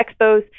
expos